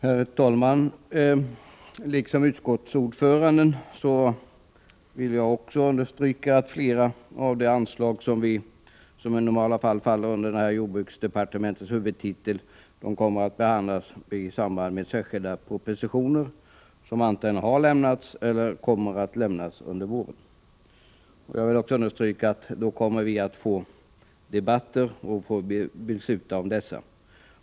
Herr talman! I likhet med utskottsordföranden vill jag understryka att flera av de anslag som normalt faller under jordbruksdepartementets huvudtitel kommer att behandlas i samband med särskilda propositioner som antingen har lämnats eller kommer att lämnas under våren. Jag vill också understryka att vi då kommer att få debattera och fatta beslut om dessa.